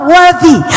worthy